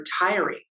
retiring